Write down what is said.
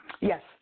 Yes